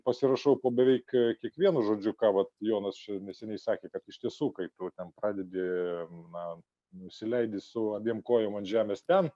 pasirašau po beveik kiekvienu žodžiu ką vat jonas neseniai sakė kad iš tiesų kaip ten pradedi na nusileidi su abiem kojom ant žemės ten